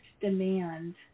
demand